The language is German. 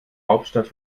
hauptstadt